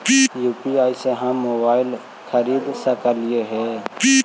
UPI से हम mobile खरिद सकलिऐ है